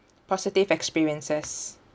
positive experiences